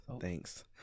Thanks